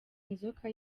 inzoka